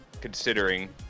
considering